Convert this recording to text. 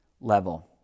level